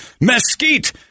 mesquite